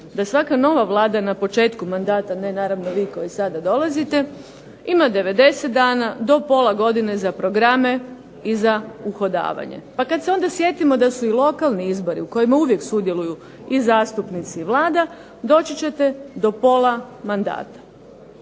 da svaka nova Vlada na početku mandata, ne naravno vi koji sada dolazite, ima 90 dana do pola godine za programe i za uhodavanje. Pa kad se onda sjetimo da u i lokalni izbori u kojima uvijek sudjeluju i zastupnici i Vlada doći ćete do pola mandata.